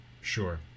Sure